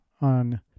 on